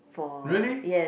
really